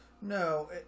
No